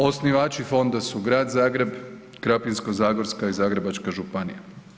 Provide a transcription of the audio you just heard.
Osnivači fonda su Grad Zagreb, Krapinsko-zagorska i Zagrebačka županija.